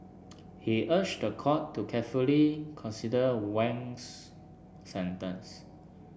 he urged the court to carefully consider Wang's sentence